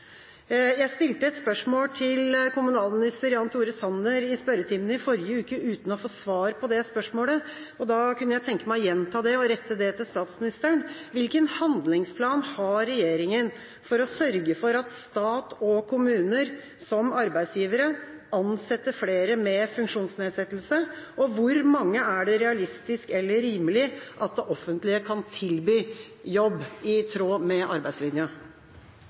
Jeg stilte et spørsmål til kommunalminister Jan Tore Sanner i spørretimen i forrige uke, uten å få svar på det spørsmålet, og derfor kunne jeg tenke meg å gjenta det og rette det til statsministeren: Hvilken handlingsplan har regjeringa for å sørge for at stat og kommuner, som arbeidsgivere, ansetter flere med funksjonsnedsettelse, og hvor mange er det realistisk eller rimelig at det offentlige kan tilby jobb, i tråd med arbeidslinja?